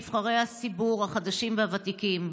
נבחרי הציבור החדשים והוותיקים.